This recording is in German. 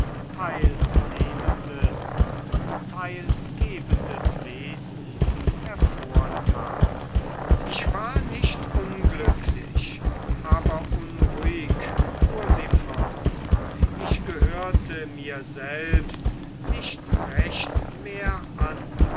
teilnehmendes und teilgebendes wesen hervortat ich war nicht unglücklich aber unruhig fuhr sie fort ich gehörte mir selbst nicht recht mehr an